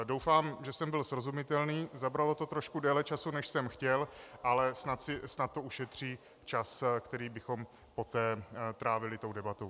Doufám, že jsem byl srozumitelný, zabralo to trošku více času, než jsem chtěl, ale snad to ušetří čas, který bychom poté trávili tou debatou.